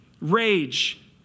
Rage